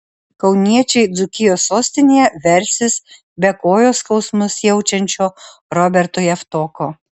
kauniečiai dzūkijos sostinėje versis be kojos skausmus jaučiančio roberto javtoko